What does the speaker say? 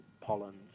pollens